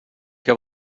què